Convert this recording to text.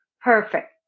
Perfect